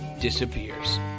disappears